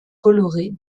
colorés